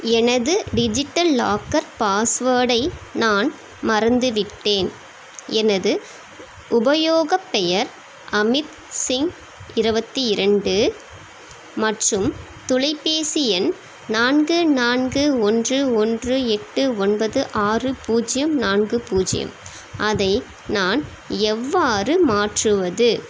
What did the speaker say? எனது digital locker பாஸ் வேர்டை நான் மறந்துவிட்டேன் எனது உபயோக பெயர் அமித் சிங் இருபத்தி இரண்டு மற்றும் தொலைபேசி எண் நான்கு நான்கு ஒன்று ஒன்று எட்டு ஒன்பது ஆறு பூஜ்ஜியம் நான்கு பூஜ்ஜியம் அதை நான் எவ்வாறு மாற்றுவது